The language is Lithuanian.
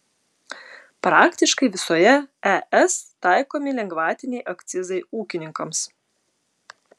praktiškai visoje es taikomi lengvatiniai akcizai ūkininkams